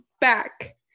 back